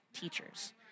teachers